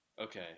okay